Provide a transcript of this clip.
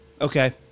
Okay